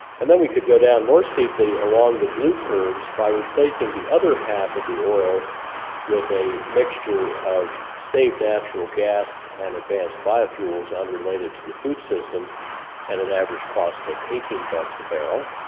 and then we could go down more steeply along the blue curves by replacing the other half of the oil with a mixture of saved natural gas and advanced biofuels unrelated to the food system at an average cost of eighteen bucks a barrel,